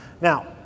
Now